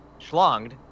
schlonged